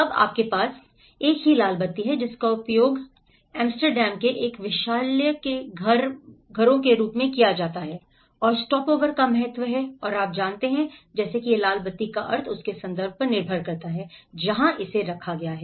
अब आपके पास एक ही लाल बत्ती है जिसका उपयोग एम्स्टर्डम के एक वेश्यालय के घरों के रूप में किया जाता है और स्टॉपओवर का महत्व है और आप जानते हैं जैसे कि यह लाल बत्ती का अर्थ उसके संदर्भ पर निर्भर करता है जहां इसे रखा गया है